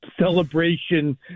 celebration